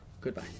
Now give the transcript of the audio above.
Goodbye